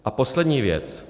A poslední věc.